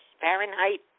fahrenheit